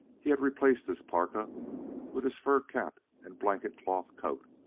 he had replaced his parka with his fur cap and blanket-cloth coat,